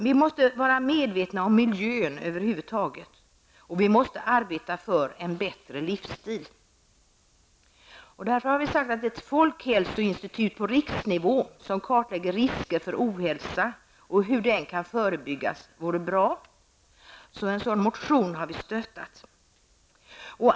Vi måste över huvud taget vara medvetna om miljön. Vi måste arbeta för en bättre livsstil. Vi har därför sagt att ett folkhälsoinstitut på riksnivå som kartlägger risker för ohälsa och hur den kan förebyggas vore bra. Vi stöder en motion i detta ämne.